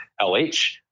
LH